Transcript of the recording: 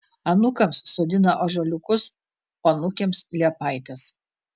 anūkams sodina ąžuoliukus o anūkėms liepaites